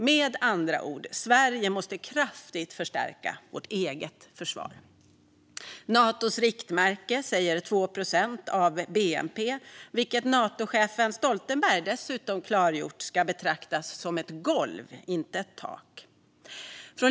Med andra ord måste Sverige kraftigt förstärka sitt eget försvar. Natos riktmärke säger 2 procent av bnp, vilket Natochefen Stoltenberg dessutom har klargjort ska betraktas som ett golv, inte ett tak.